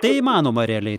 tai įmanoma realiai